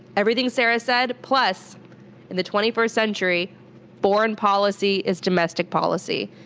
everything sarah said, plus in the twenty first century foreign policy is domestic policy.